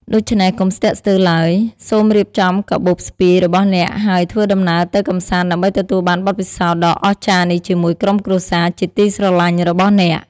ដូច្នេះកុំស្ទាក់ស្ទើរឡើយ សូមរៀបចំកាបូបស្ពាយរបស់អ្នកហើយធ្វើដំណើរទៅកម្សាន្តដើម្បីទទួលបានបទពិសោធន៍ដ៏អស្ចារ្យនេះជាមួយក្រុមគ្រួសារជាទីស្រឡាញ់របស់អ្នក។